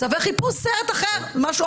צווי חיפוש זה סרט אחר, משהו